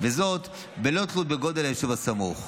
וזאת בלא תלות בגודל היישוב הסמוך.